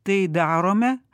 tai darome